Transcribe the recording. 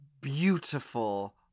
beautiful